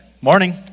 Morning